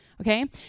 okay